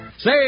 Say